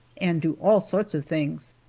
and do all sorts of things.